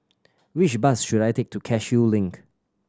which bus should I take to Cashew Link